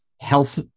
health